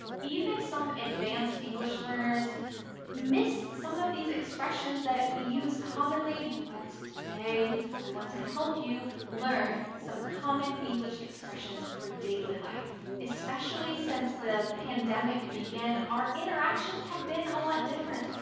even some advanced english learners miss some of these expressions that we use commonly. but today i want to help you learn some common english expressions for daily life. especially since the pandemic began, our interactions have been a lot different.